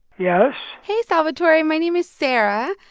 yes hey, salvatore. my name is sarah.